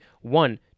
One